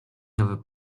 nowy